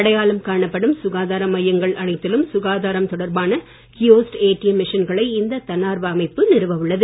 அடையாளம் காணப்படும் சுகாதார மையங்கள் அனைத்திலும் சுகாதாரம் தொடர்பான கியோஸ்ட் ஏடிஎம் மிஷன்களை இந்த தன்னார்வல அமைப்பு நிறுவ உள்ளது